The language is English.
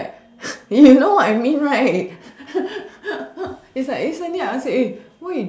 you know what I mean right it's like send me your answer eh